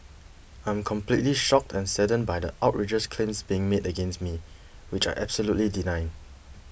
I'm completely shocked and saddened by the outrageous claims being made against me which I absolutely deny